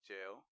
Jail